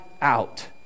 out